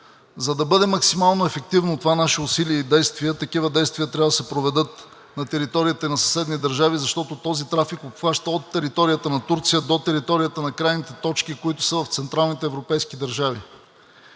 За да бъдат максимално ефективни тези наши усилия и действия, такива действия трябва да се проведат и на териториите на съседни държави, защото този трафик обхваща от територията на Турция до територията на крайните точки, които са в централните европейски държави.